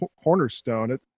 cornerstone